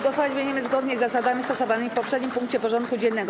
Głosować będziemy zgodnie z zasadami stosowanymi w poprzednim punkcie porządku dziennego.